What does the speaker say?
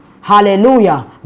Hallelujah